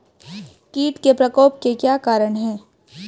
कीट के प्रकोप के क्या कारण हैं?